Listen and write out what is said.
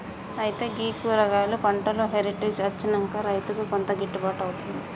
అయితే గీ కూరగాయలు పంటలో హెరిటేజ్ అచ్చినంక రైతుకు కొంత గిట్టుబాటు అవుతుంది